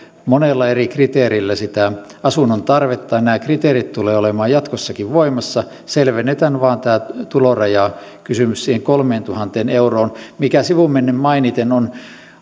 monella eri kriteerillä sitä asunnon tarvetta ja nämä kriteerit tulevat olemaan jatkossakin voimassa selvennetään vain tämä tulorajakysymys siihen kolmeentuhanteen euroon mikä sivumennen mainiten on